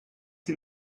sie